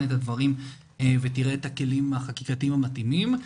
את הדברים ותראה את הכלים החקיקתיים המתאימים,